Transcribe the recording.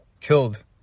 killed